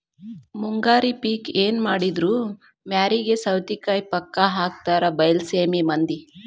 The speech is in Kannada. ಮುಂಗಾರಿ ಪಿಕ್ ಎನಮಾಡಿದ್ರು ಮ್ಯಾರಿಗೆ ಸೌತಿಕಾಯಿ ಪಕ್ಕಾ ಹಾಕತಾರ ಬೈಲಸೇಮಿ ಮಂದಿ